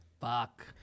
fuck